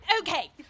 Okay